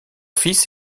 fils